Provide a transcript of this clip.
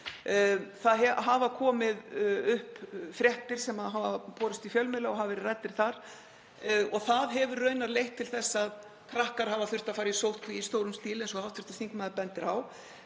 Þar hafa komið fréttir sem borist hafa í fjölmiðla og hafa verið ræddar þar og það hefur raunar leitt til þess að krakkar hafa þurft að fara í sóttkví í stórum stíl, eins og hv. þingmaður bendir á.